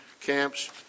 camps